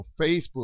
Facebook